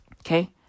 Okay